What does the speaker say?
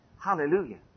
Hallelujah